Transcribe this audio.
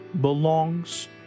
belongs